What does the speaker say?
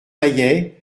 maillets